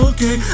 Okay